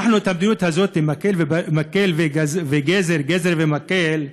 אנחנו את המדיניות הזאת, המקל והגזר, הגזר והמקל,